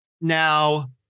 Now